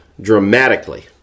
dramatically